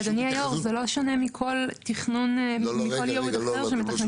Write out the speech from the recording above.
אבל אדוני היו"ר זה לא שונה מכל ייעוד אחר שמתכננים